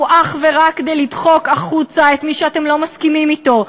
הוא אך ורק כדי לדחוק החוצה את מי שאתם לא מסכימים אתו.